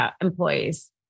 employees